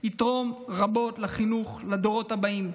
יתרום רבות לחינוך של הדורות הבאים,